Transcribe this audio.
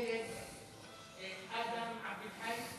כאן הילד אדם עבד אלחאי,